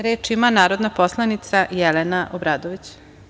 Reč ima narodna poslanica Jelena Obradović.